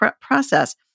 process